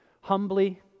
humbly